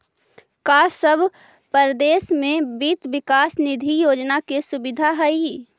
का सब परदेश में वित्त विकास निधि योजना के सुबिधा हई?